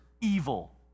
evil